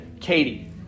Katie